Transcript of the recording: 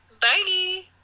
Bye